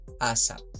ASAP